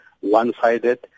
one-sided